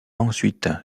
ensuite